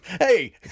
Hey